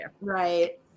right